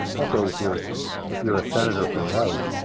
also, if you're if you're a senator for life,